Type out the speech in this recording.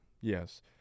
Yes